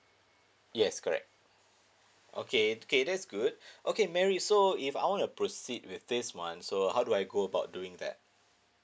yes correct okay okay that's good okay mary so if I wanna proceed with this one so how do I go about doing that